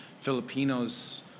Filipinos